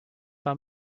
war